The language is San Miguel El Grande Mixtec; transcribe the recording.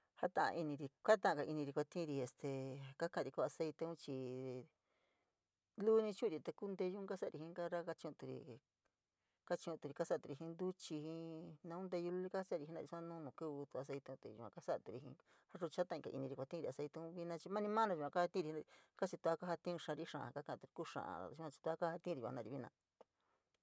Jata’a iniri, jata’againiri kuatiuri este kakari kuu aceite chii luuni chu’uri te kuu nteyun kasari jii kachu’unturi, kachunturi kasa’aturi jii ntuchii jii naun teiyu luli kasari jenai sua nu nu kíví kaasa’aturi jii rruu chii jataitu iniri kuatiuturi aeiiteun vina chii mani mana yua kajatiuri aasi tua kajatiun xaari xa’a, ku xa’a tua kajatiuri yua vina.